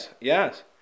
Yes